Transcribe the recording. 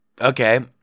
okay